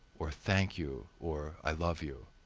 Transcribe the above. or thank you, or i love you.